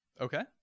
Okay